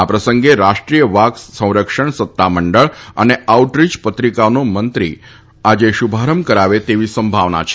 આ પ્રસંગે રાષ્ટ્રી ીય વાઘ સંરક્ષણ સત્તામંડળ અને આઉટરીય પત્રિકાનો મંત્રી આજે શુભારંભ કરાવે તેવી સંભાવના છે